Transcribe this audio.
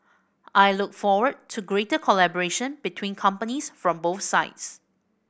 I look forward to greater collaboration between companies from both sides